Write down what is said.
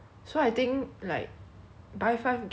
like a fifty percent discount on their bread already right